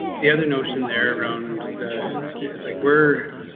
the other notion there around the like were.